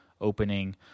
opening